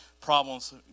problems